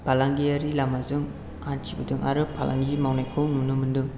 फालांगियारि लामाजों हान्थिबोदों आरो फालांगि मावनायखौ नुनो मोन्दों